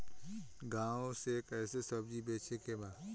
गांव से कैसे सब्जी बेचे के बा?